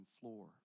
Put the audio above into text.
floor